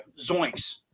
Zoinks